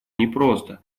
непросто